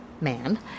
man